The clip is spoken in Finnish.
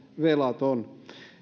velaton